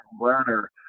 learner